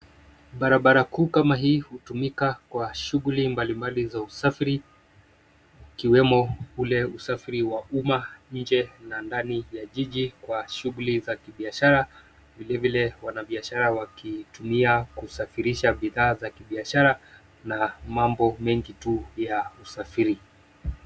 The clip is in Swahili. Barabara kuu kama hii hutumika kwa shughuli mbalimbali za usafiri ikiwemo ule usafiri wa uma nje na ndani ya jiji kwa shughuli za kibiashara, vile vile wanabiashara wakiitumia kusafirisha bidhaa za kibiashara na mambo mengi tu ya usafiri.